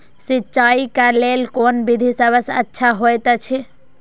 सिंचाई क लेल कोन विधि सबसँ अच्छा होयत अछि?